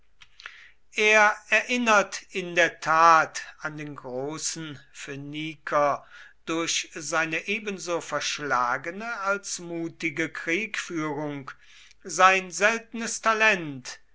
er erinnert in der tat an den großen phöniker durch seine ebenso verschlagene als mutige kriegführung sein seltenes talent